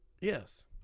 Yes